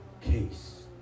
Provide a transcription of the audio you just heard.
case